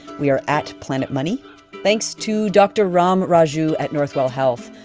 we are at planetmoney. thanks to dr. ram raju at northwell health,